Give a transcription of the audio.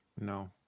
No